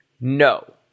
No